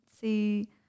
see